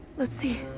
let's see.